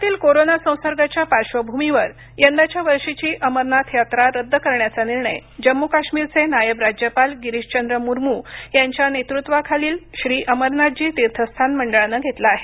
देशातील कोरोना संसर्गाच्या पार्श्र्वभूमीवर यंदाच्या वर्षीची अमरनाथ यात्रा रद्द करण्याचा निर्णय जम्मू काश्मीरचे नायब राज्यपाल गिरीशचंद्र मुर्र्मू यांच्या नेतृत्वाखालील श्री अमरनाथजी तीर्थस्थान मंडळानं घेतला आहे